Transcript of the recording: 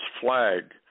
flag